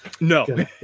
no